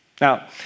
Now